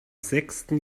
sechsten